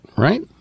Right